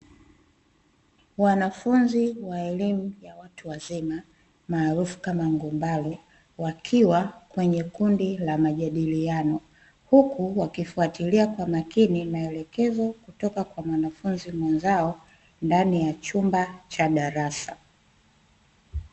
Wanafunzi wa elimu ya watu wazima, maarufu kama ngumbaru wakiwa kwenye kundi la majadiliano, huku wakifuatilia kwa makini maelekezo kutoka kwa mwanafunzi mwenzao ndani ya chumba cha darasa.